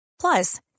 Plus